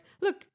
look